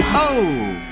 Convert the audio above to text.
oh,